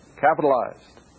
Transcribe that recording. Capitalized